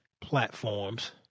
platforms